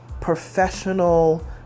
professional